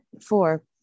Four